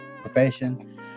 profession